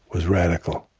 was radical